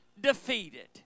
defeated